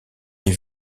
les